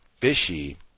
fishy